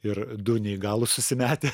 ir du neįgalūs susimetę